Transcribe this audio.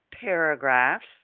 paragraphs